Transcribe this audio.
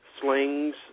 slings